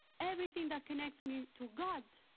everything that connects me to god,